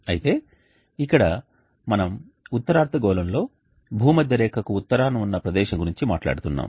అయితే ఇక్కడ మనం ఉత్తర అర్ధగోళంలో భూమధ్యరేఖకు ఉత్తరాన ఉన్న ప్రదేశం గురించి మాట్లాడుతున్నాము